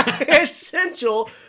essential